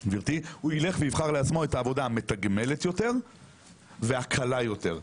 את העבודה המתגמלת יותר והקלה יותר.